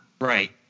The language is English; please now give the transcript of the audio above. Right